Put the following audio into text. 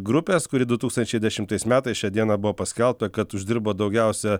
grupės kuri du tūkstančiai dešimtais metais šią dieną buvo paskelbta kad uždirba daugiausia